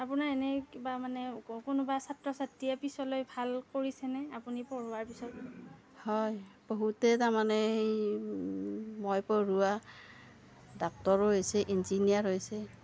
আপোনাৰ এনেই কিবা মানে কোনোবা ছাত্ৰ ছাত্ৰীয়ে পিছলৈ ভাল কৰিছেনে আপুনি পঢ়োৱাৰ পিছত হয় বহুতে তাৰমানে সেই মই পঢ়োৱা ডাক্তৰো হৈছে ইঞ্জিনিয়াৰ হৈছে